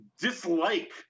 dislike